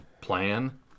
plan